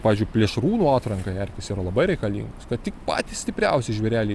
pavyzdžiui plėšrūnų atrankai erkės yra labai reikalingos kad tik patys stipriausi žvėreliai